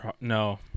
No